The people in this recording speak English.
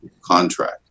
contract